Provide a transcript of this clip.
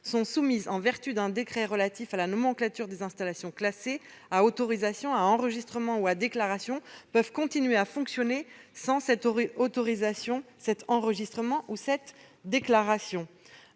sont soumises, en vertu d'un décret relatif à la nomenclature des installations classées, à autorisation, à enregistrement ou à déclaration peuvent continuer à fonctionner sans cette autorisation, cet enregistrement ou cette déclaration